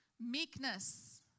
Meekness